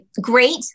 Great